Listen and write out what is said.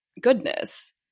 goodness